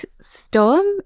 Storm